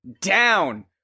down